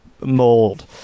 mold